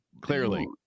clearly